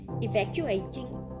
evacuating